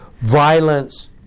violence